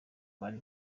bari